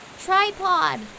Tripod